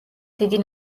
დიდი